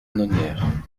nonière